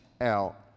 out